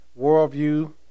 worldview